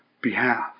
behalf